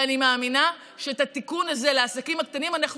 ואני מאמינה שאת התיקון הזה לעסקים הקטנים אנחנו